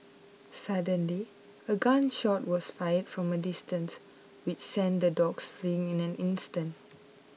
suddenly a gun shot was fired from a distant which sent the dogs fleeing in an instant